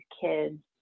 kids